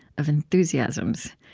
of enthusiasms.